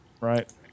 right